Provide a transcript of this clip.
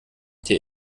der